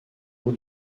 haut